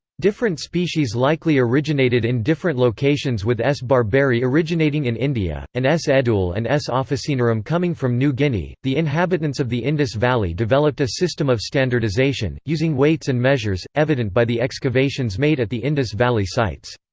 different species likely originated in different locations with s. barberi originating in india, and s. edule and s. ah officinarum coming from new guinea the inhabitants of the indus valley developed a system of standardization, using weights and measures, evident by the excavations made at the indus valley sites.